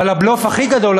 אבל הבלוף הכי גדול,